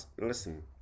Listen